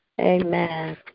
Amen